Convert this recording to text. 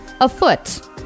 afoot